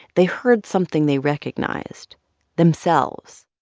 they heard something they recognized themselves.